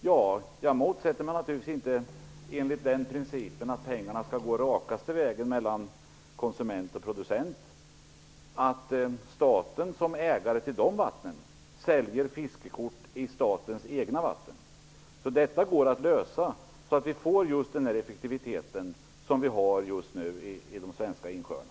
Jag motsätter mig naturligtvis inte principen att pengarna skall gå den rakaste vägen mellan konsument och producent och att staten som ägare säljer fiskekort för sina egna vatten. Detta går att lösa så att vi får behålla den effektivitet som vi nu har när det gäller de svenska insjöarna.